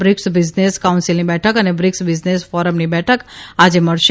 BRICS business કાઉન્સીલની બેઠક અને બ્રિકસ બિઝનેસ ફોરમની બેઠક આજે મળશે